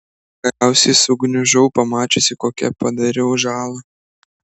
galiausiai sugniužau pamačiusi kokią padariau žalą